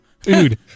Dude